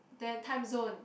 then Time Zone